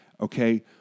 okay